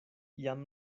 jam